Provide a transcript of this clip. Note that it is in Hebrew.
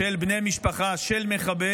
של בני משפחה של מחבל,